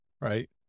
right